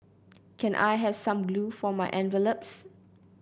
can I have some glue for my envelopes